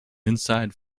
inside